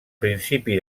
principi